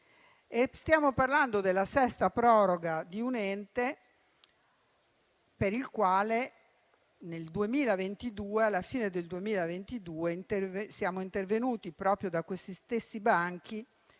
stiamo parlando della sesta proroga di un ente per il quale, alla fine del 2022, siamo intervenuti, proprio da questi stessi banchi,